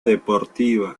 deportiva